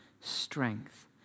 strength